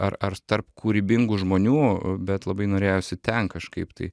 ar ar tarp kūrybingų žmonių bet labai norėjosi ten kažkaip tai